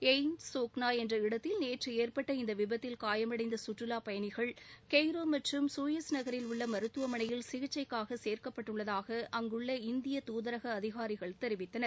எய்ள் சோக்ளா என்ற இடத்தில் நேற்று ஏற்பட்ட இந்த விபத்தில் காயமடைந்த சுற்றுலாப்பயணிகள் கெய்ரோ மற்றும் சூயிஸ் நகரில் உள்ள மருத்துவமனையில் சிகிச்சைக்காக சேர்க்கப்பட்டுள்ளதாக அங்குள்ள இந்திய தூதரக அதிகாரிகள் தெரிவித்தனர்